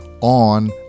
on